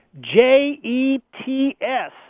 J-E-T-S